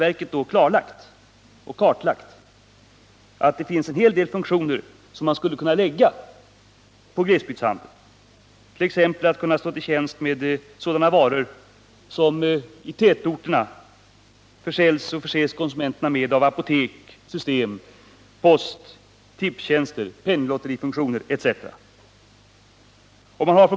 Därvidlag har konsumentverket kartlagt att en hel del nya funktioner skulle kunna läggas på glesbygdshandeln. Den skullet.ex. kunna stå till tjänst med sådana varor som försäljs i tätorterna och sådana servicefunktioner som konsumenterna där förses med, såsom apotek, systembolag, post, tipstjänster, penninglotterifunktioner etc.